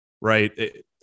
right